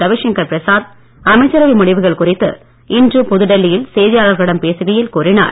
ரவிசங்கர் பிரசாத் அமைச்சரவை முடிவுகள் குறித்து இன்று புதுடெல்லியில் செய்தியாளர்களிடம் பேசுகையில் கூறினார்